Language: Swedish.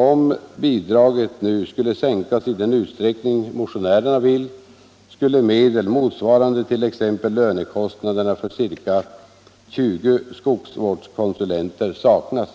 Om nu bidraget skulle sänkas i den utsträckning motionärerna vill, skulle medel motsvarande t.ex. lönekostnaderna för ca 20 skogsvårdskonsulenter saknas.